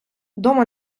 дома